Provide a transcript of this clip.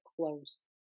close